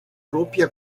propia